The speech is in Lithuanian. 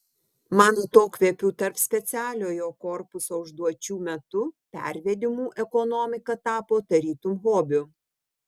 man atokvėpių tarp specialiojo korpuso užduočių metu pervedimų ekonomika tapo tarytum hobiu